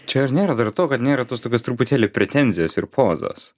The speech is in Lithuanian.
čia ar nėra dar to kad nėra tos tokios truputėlį pretenzijos ir pozos